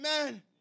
Amen